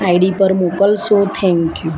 ID પર મોકલશો thank you